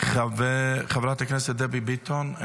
חברת הכנסת דבי ביטון,